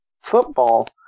football